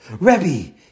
Rebbe